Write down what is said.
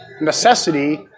necessity